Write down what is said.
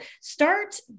start